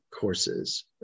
courses